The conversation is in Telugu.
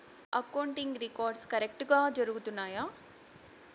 అకౌంటింగ్ రికార్డ్స్ కరెక్టుగా జరుగుతున్నాయా